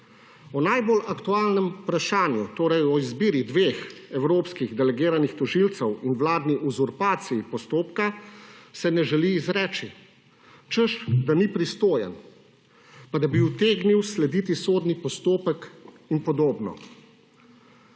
O najbolj aktualnem vprašanju, torej o izbiri dveh evropskih delegiranih tožilcev in vladni uzurpaciji postopka, se ne želi izreči. Češ da ni pristojen, pa da bi utegnil slediti sodni postopek in podobno.